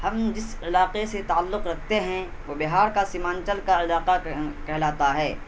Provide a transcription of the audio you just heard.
ہم جس علاقے سے تعلق رکھتے ہیں وہ بہار کا سیمانچل کا علاقہ کہلاتا ہے